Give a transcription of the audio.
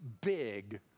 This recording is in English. big